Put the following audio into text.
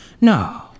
No